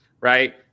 right